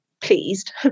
pleased